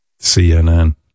cnn